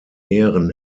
ehren